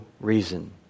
reason